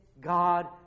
God